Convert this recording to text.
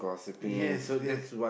yes yes